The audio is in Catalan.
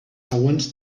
següents